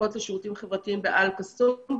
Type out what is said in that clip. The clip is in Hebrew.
מדבר.